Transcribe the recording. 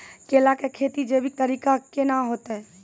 केला की खेती जैविक तरीका के ना होते?